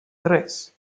tres